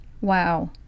Wow